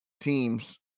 teams